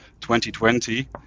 2020